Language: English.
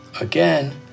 Again